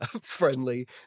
friendly